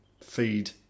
feed